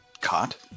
Caught